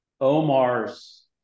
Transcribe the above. Omar's